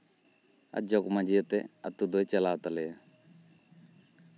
ᱟᱨ ᱡᱚᱜ ᱢᱟᱹᱡᱷᱤᱭᱟᱛᱮᱜ ᱟᱛᱳ ᱫᱚᱭ ᱪᱟᱞᱟᱣ ᱛᱟᱞᱮᱭᱟ